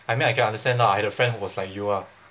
I mean I can understand lah I had a friend who was like you ah